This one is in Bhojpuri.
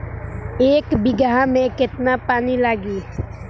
एक बिगहा में केतना पानी लागी?